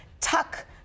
tuck